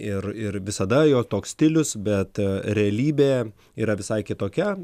ir ir visada jo toks stilius bet realybė yra visai kitokia